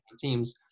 teams